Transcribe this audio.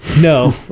No